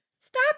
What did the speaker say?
Stop